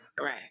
Right